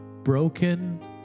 Broken